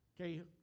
Okay